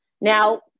Now